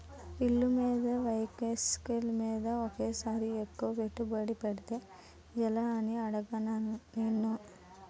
ఇళ్ళమీద, వెహికల్స్ మీద ఒకేసారి ఎక్కువ పెట్టుబడి పెడితే ఎలా అని అడిగానా నిన్ను